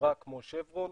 חברה כמו שברון,